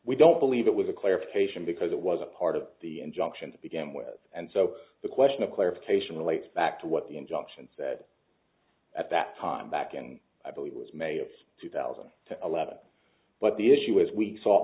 we don't believe it was a clarification because it was a part of the injunction to begin with and so the question of clarification relates back to what the injunction said at that time back and i believe it was may of two thousand to eleven but the issue was we